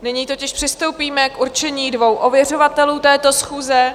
Nyní přistoupíme k určení dvou ověřovatelů této schůze.